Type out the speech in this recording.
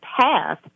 path